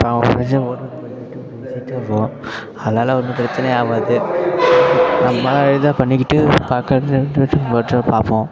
அதனால் ஒன்றும் பிரச்சினை ஆகாது நம்ம ஏதோ பண்ணிக்கிட்டு பக்கத்தில் இருந்துக்கிட்டு பார்ப்போம்